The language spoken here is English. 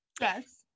yes